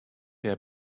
der